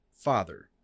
father